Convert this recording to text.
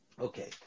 Okay